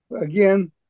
again